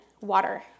water